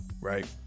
right